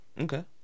Okay